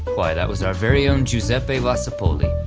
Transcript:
why, that was our very own giuseppe vasapolli,